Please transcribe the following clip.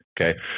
Okay